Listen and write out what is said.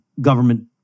government